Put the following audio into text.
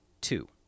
Two